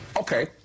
Okay